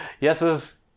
Yeses